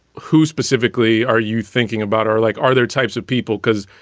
who specifically are you thinking about or like. are there types of people because.